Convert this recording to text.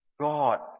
God